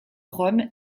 rome